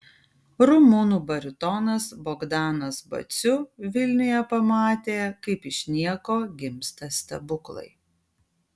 rumunų baritonas bogdanas baciu vilniuje pamatė kaip iš nieko gimsta stebuklai